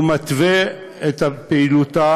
היא מתווה את הפעילות,